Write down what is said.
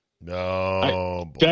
no